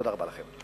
תודה רבה לכם.